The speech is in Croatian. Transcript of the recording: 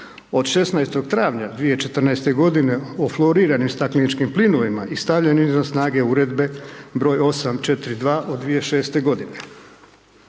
od 16. travanja 2014. godine o floriranim stakleničkim plinovima i stavljanje izvan snage Uredbe broj 842. od 2006. godine.